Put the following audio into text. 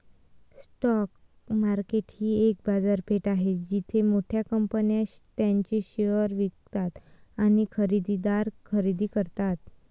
stock market ही एक बाजारपेठ आहे जिथे मोठ्या कंपन्या त्यांचे शेअर्स विकतात आणि खरेदीदार खरेदी करतात